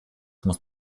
muss